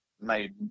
made